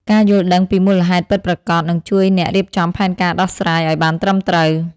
ការយល់ដឹងពីមូលហេតុពិតប្រាកដនឹងជួយអ្នករៀបចំផែនការដោះស្រាយឲ្យបានត្រឹមត្រូវ។